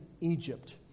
Egypt